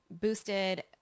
boosted